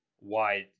wide